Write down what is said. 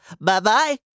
Bye-bye